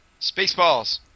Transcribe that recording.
Spaceballs